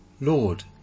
Lord